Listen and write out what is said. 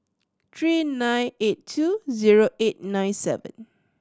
three nine eight two zero eight nine seven